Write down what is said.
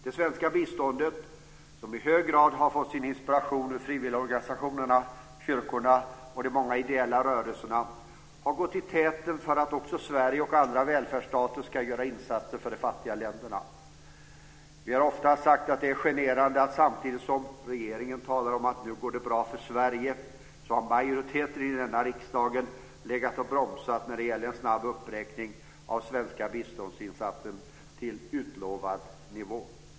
Det svenska biståndet, som i hög grad har fått sin inspiration ur frivilligorganisationerna, kyrkorna och de många ideella rörelserna, har gått i täten för att också Sverige och andra välfärdsstater ska göra insatser för de fattiga länderna. Vi har ofta sagt att det är genererande att samtidigt som regeringen talar om att det går bra för Sverige har majoriteten i denna riksdag legat och bromsat en snabb uppräkning av svensk biståndsinsats till utlovad nivå.